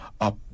up